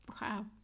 Wow